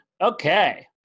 Okay